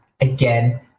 Again